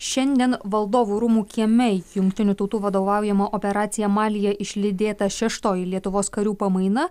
šiandien valdovų rūmų kieme į jungtinių tautų vadovaujamą operaciją malyje išlydėta šeštoji lietuvos karių pamaina